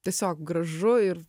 tiesiog gražu ir